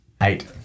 Eight